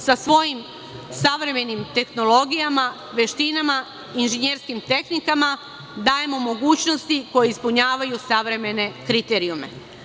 Sa svojim savremenim tehnologijama, veštinama, inženjerskim tehnikama dajemo mogućnosti koje ispunjavaju savremene kriterijume.